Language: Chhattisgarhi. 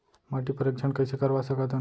माटी परीक्षण कइसे करवा सकत हन?